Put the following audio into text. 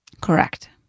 Correct